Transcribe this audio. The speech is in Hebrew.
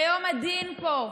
ביום הדין פה,